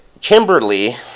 Kimberly